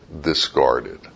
discarded